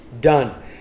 done